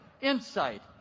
insight